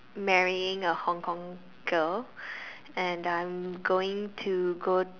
marrying a Hong-Kong girl and I'm going to go